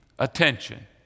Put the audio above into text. Attention